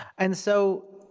and so,